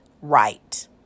right